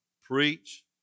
Preach